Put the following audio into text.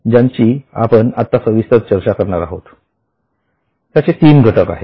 ज्यांची आपण आता सविस्तर चर्चा करणार आहोत त्याचे तीन घटक आहेत